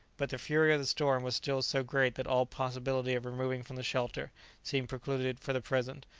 but the fury of the storm was still so great that all possibility of removing from the shelter seemed precluded for the present,